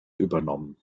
übernommen